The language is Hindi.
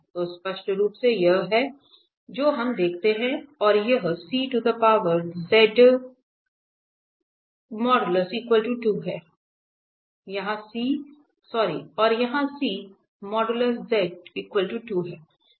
तो स्पष्ट रूप से यह है जो हम देखते हैं और यहां C है